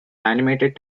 animated